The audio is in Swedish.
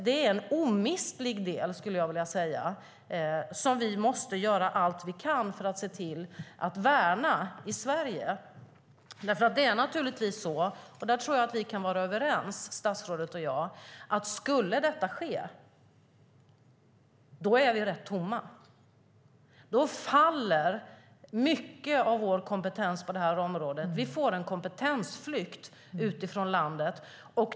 Det är en omistlig del, skulle jag vilja säga, som vi måste göra allt vi kan för att värna i Sverige. Jag tror att vi kan vara överens, statsrådet och jag, om att om detta skulle ske är vi rätt tomma. Då faller mycket av vår kompetens på området. Vi får en kompetensflykt från landet.